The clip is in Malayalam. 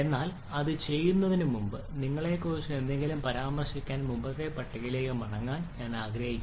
എന്നാൽ അത് ചെയ്യുന്നതിന് മുമ്പ് നിങ്ങളെക്കുറിച്ച് എന്തെങ്കിലും പരാമർശിക്കാൻ മുമ്പത്തെ പട്ടികയിലേക്ക് മടങ്ങാൻ ഞാൻ ആഗ്രഹിക്കുന്നു